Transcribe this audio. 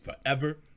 forever